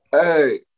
hey